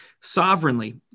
sovereignly